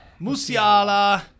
Musiala